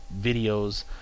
videos